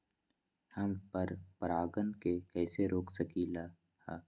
हम पर परागण के कैसे रोक सकली ह?